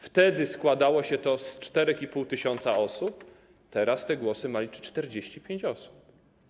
Wtedy składało się to z 4,5 tys. osób, teraz te głosy ma liczyć 45 osób.